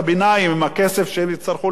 עם הכסף שהן יצטרכו לשלם,